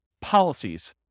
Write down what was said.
policies